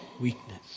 weakness